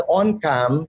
on-cam